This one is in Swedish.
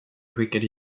skickade